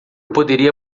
poderia